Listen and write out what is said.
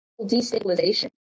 destabilization